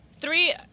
Three